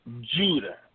Judah